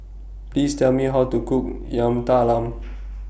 Please Tell Me How to Cook Yam Talam